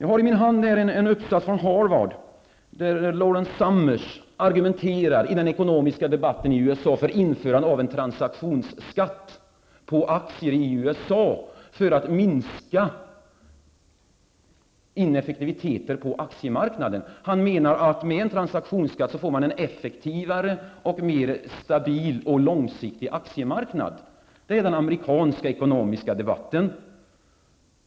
Jag har i min hand en uppsats från Harvard, där Lawrence H. Summers argumenterar i den ekonomiska debatten i USA för införande av en transaktionsskatt på aktier för att minska ineffektiviteter på aktiemarknaden. Han menar att med en transaktionsskatt skulle man få en effektivare och mer stabil och långsiktig aktiemarknad. Så lyder den amerikanska ekonomiska debatten.